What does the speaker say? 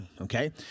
Okay